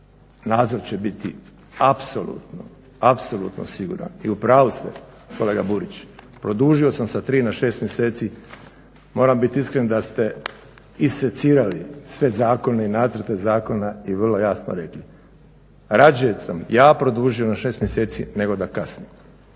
nadzor će biti apsolutno, apsolutno siguran. I u pravu ste kolega Burić, produžio sam sa tri na šest mjeseci. Moram biti iskren da ste izsecirali sve zakone i nacrte zakona i vrlo jasno rekli. Rađe sam ja produžio na šest mjeseci nego da kasnimo.